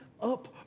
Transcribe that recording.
up